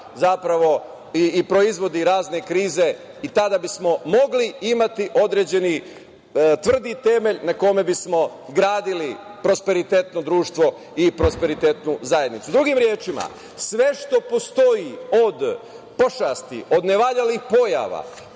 zapravo i proizvodi razne krize i tada bismo mogli imati određeni tvrdi temelj na kome bismo gradili prosperitetno društvo i prosperitetnu zajednicu. Drugim rečima, sve što postoji od pošasti, od nevaljalih pojava,